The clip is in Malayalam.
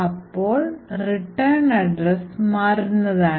അപ്പോൾ റിട്ടേൺ അഡ്രസ് മാറുന്നതാണ്